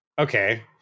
Okay